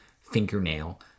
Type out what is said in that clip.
fingernail